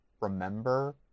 remember